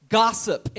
gossip